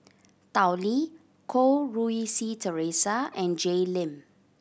Tao Li Goh Rui Si Theresa and Jay Lim